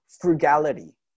frugality